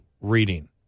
reading